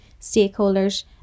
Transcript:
stakeholders